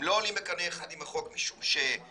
הם לא עולים בקנה אחד עם החוק משום שמעבר